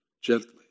gently